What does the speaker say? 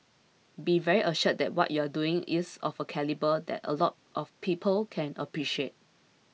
be very assured that what you're doing is of a calibre that a lot of people can appreciate